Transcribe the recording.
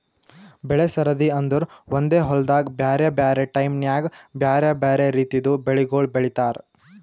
ಬೆಳೆ ಸರದಿ ಅಂದುರ್ ಒಂದೆ ಹೊಲ್ದಾಗ್ ಬ್ಯಾರೆ ಬ್ಯಾರೆ ಟೈಮ್ ನ್ಯಾಗ್ ಬ್ಯಾರೆ ಬ್ಯಾರೆ ರಿತಿದು ಬೆಳಿಗೊಳ್ ಬೆಳೀತಾರ್